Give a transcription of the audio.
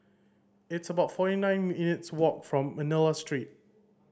it's about forty nine minutes' walk from Manila Street